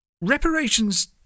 Reparations